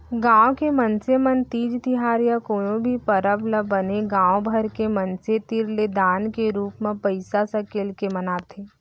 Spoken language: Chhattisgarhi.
गाँव के मनसे मन तीज तिहार या कोनो भी परब ल बने गाँव भर के मनसे तीर ले दान के रूप म पइसा सकेल के मनाथे